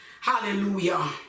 hallelujah